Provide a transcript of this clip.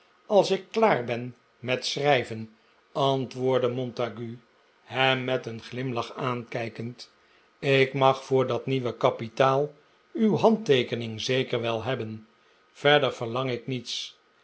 als ik klaar ben met schrijven antwoordde montague hem met een glimlach aankijkend ik mag voor dat nieuwe kapitaal uw hahdteekening zeker wel hebben verder verlang ik niets